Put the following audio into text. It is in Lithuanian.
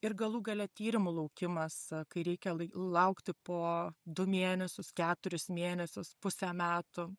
ir galų gale tyrimų laukimas kai reikia laukti po du mėnesius keturis mėnesius pusę metų